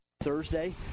Thursday